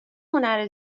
هنر